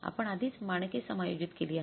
आपण आधीच मानके समायोजित केली आहेत